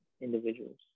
individuals